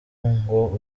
ngo